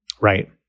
Right